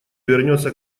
вернется